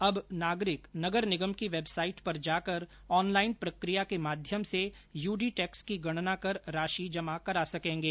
अब नागरिक नगर निगम की वेबसाईट पर जाकर ऑनलाईन प्रक्रिया के माध्यम से यूडी टैक्स की गणना कर राशि जमा करा सकेंगे